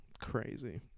Crazy